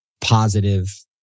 positive